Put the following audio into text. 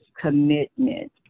commitment